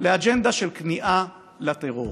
לאג'נדה של כניעה לטרור.